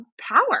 power